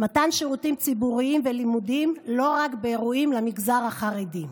במתן שירותים ציבוריים ולימודיים לא רק באירועים למגזר החרדי.